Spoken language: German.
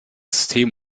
system